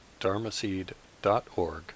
dharmaseed.org